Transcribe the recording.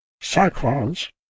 Cyclones